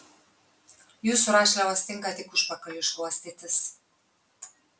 jūsų rašliavos tinka tik užpakaliui šluostytis